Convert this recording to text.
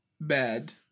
bad